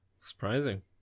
Surprising